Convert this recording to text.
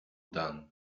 dan